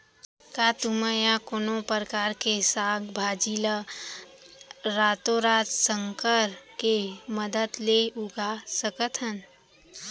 का तुमा या कोनो परकार के साग भाजी ला रातोरात संकर के मदद ले उगा सकथन?